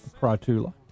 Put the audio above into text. Pratula